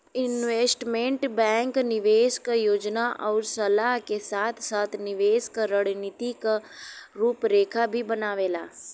investment bank निवेश क योजना आउर सलाह के साथ साथ निवेश क रणनीति क रूपरेखा भी बनावेला